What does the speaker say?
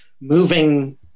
moving